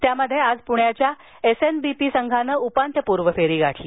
त्यात आज पुण्याच्या एसएनबीपी संघानं उपांत्यपुर्व फेरी गाठली